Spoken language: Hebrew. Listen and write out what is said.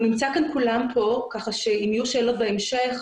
כולם כאן, כך שאם יהיו שאלות בהמשך